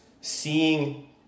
seeing